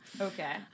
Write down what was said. Okay